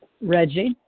Reggie